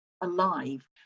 alive